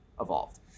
evolved